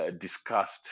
discussed